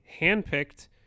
handpicked